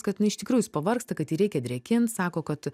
kad nu iš tikrųjų jis pavargsta kad jį reikia drėkint sako kad